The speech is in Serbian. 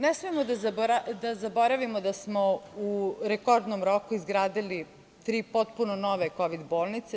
Ne smemo da zaboravimo da smo u rekordnom roku izgradili tri potpuno nove kovid bolnice.